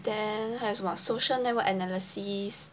then 还有什么 social network analysis